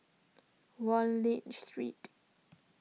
Wallich Street